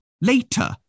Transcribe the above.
later